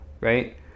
right